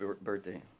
birthday